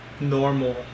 normal